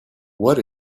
what